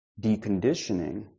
deconditioning